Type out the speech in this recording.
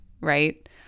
right